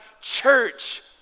church